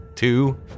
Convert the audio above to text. Two